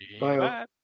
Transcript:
Bye